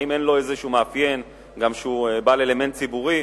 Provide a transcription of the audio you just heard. האם אין לו איזשהו מאפיין שהוא בעל אלמנט ציבורי?